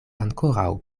ankoraŭ